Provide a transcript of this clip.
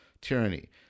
tyranny